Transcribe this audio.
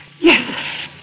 Yes